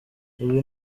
ibi